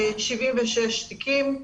76 תיקים.